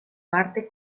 parte